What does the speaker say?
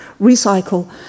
recycle